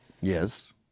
Yes